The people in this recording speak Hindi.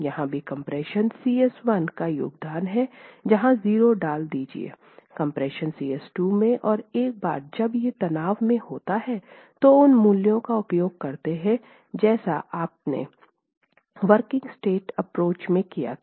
जहाँ भी कम्प्रेशन Cs1 का योगदान है वहां 0 डाल दीजिये कम्प्रेशन Cs2 में और एक बार जब वे तनाव में होते हैं तो उन मूल्यों का उपयोग करते हैं जैसा आपने वर्किंग स्ट्रेस एप्रोच में किया था